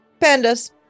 Pandas